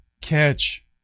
catch